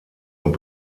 und